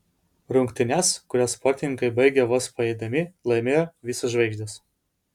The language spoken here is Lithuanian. rungtynes kurias sportininkai baigė vos paeidami laimėjo visos žvaigždės